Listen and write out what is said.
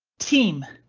team